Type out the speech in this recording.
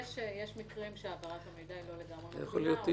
יש מקרים שהעברת המידע היא לא לגמרי מקבילה.